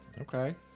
Okay